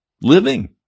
living